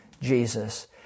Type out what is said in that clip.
Jesus